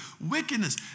wickedness